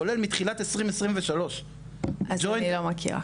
כולל מתחילת 2023. אז אני לא מכירה.